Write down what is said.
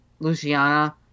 Luciana